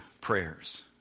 prayers